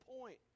point